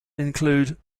include